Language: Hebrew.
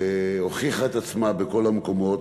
הוכיחה את עצמה בכל המקומות.